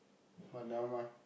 but nevermind